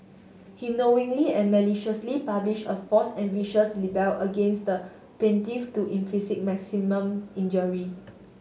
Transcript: he knowingly and maliciously published a false and vicious libel against the plaintiff to inflict maximum injury